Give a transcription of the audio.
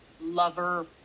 lover